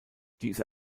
diese